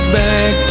back